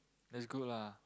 that's good lah